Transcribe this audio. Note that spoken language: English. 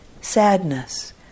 Sadness